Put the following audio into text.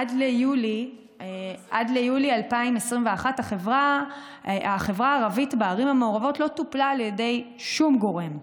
עד יולי 2021 החברה הערבית בערים המעורבות לא טופלה על ידי שום גורם,